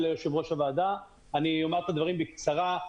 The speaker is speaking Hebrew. בקצרה.